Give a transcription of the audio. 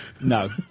No